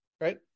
right